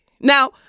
Now